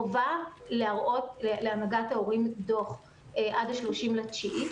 חובה להראות להנהגת ההורים דוח עד 30 בספטמבר.